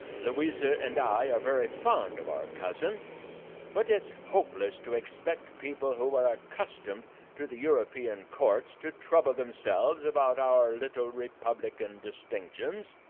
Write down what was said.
louisa and i are very fond of our cousin but it's hopeless to expect people who are accustomed to the european courts to trouble themselves about our little republican distinctions.